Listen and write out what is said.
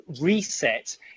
reset